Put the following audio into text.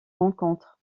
rencontres